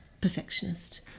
perfectionist